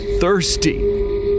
thirsty